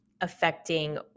affecting